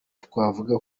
twavuga